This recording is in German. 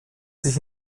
sich